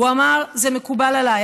הוא אמר: זה מקובל עליי.